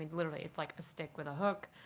literally it is like a stick with a hook.